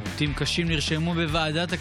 אם כן, רבותיי חברי